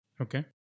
Okay